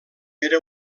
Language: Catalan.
era